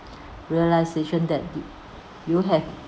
realisation that you you have